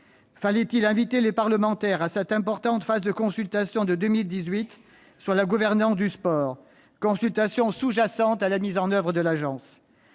Fallait-il inviter les parlementaires à cette importante phase de consultation de 2018 sur la gouvernance du sport, consultation sous-jacente à la mise en oeuvre de l'Agence